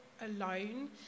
alone